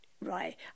right